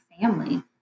family